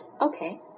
Okay